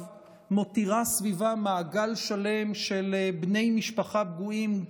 מותירה מעגל שלם של בני משפחה פגועים,